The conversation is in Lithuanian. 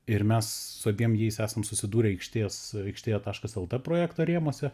ir mes su abiem jais esam susidūrę aikštės aikštė taškas lt projekto rėmuose